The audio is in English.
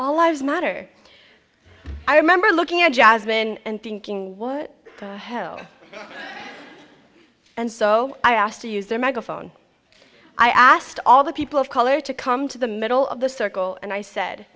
lives matter i remember looking at jasmine and thinking whoa whoa and so i asked to use their megaphone i asked all the people of color to come to the middle of the circle and i said